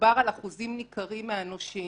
ומדובר על אחוזים ניכרים מהנושים,